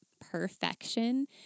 perfection